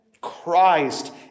Christ